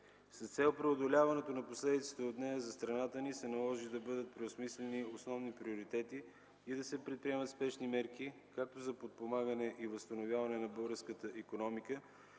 С цел преодоляването на последиците от нея за страната ни се наложи да бъдат преосмислени основни приоритети и да се предприемат спешни мерки – както за подпомагане и възстановяване на българската икономика,